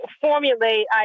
formulate